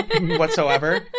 whatsoever